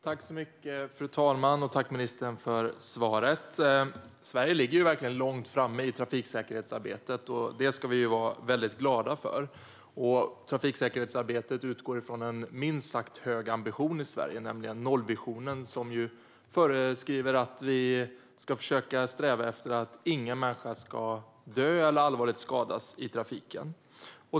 Fru talman! Jag tackar ministern för svaret. Sverige ligger verkligen långt framme i trafiksäkerhetsarbetet. Det ska vi vara väldigt glada för. Trafiksäkerhetsarbetet utgår från en minst sagt hög ambition i Sverige, nämligen nollvisionen, som föreskriver att vi ska försöka sträva efter att ingen människa ska dödas eller skadas allvarligt i trafiken.